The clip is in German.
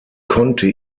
konnte